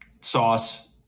sauce